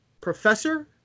Professor